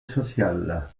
sociale